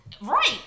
Right